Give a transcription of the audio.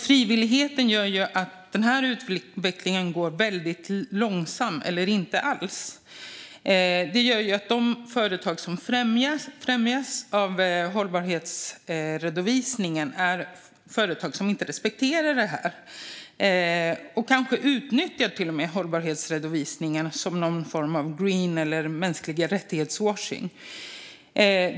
Frivilligheten gör ju att denna utveckling går väldigt långsamt eller inte alls. Det gör att de företag som främjas av hållbarhetsredovisningen är företag som inte respekterar detta och som kanske till och med utnyttjar hållbarhetsredovisningen som någon form av greenwashing eller washing genom mänskliga rättigheter.